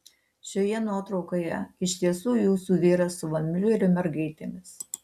šioje nuotraukoje iš tiesų jūsų vyras su von miulerio mergaitėmis